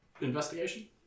investigation